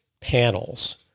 panels